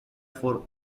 for